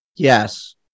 Yes